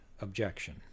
objection